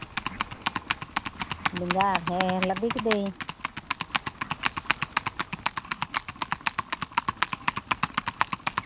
ᱵᱮᱸᱜᱟᱲ ᱦᱮᱸ ᱞᱟᱫᱮ ᱠᱤᱫᱤᱧ